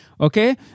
Okay